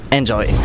Enjoy